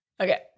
Okay